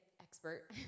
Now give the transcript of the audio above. expert